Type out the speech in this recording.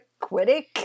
Quiddick